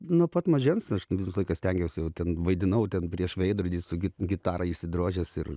nuo pat mažens aš visą laiką stengiausi ten vaidinau ten prieš veidrodį su gitarą išsidrožęs ir